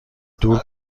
دور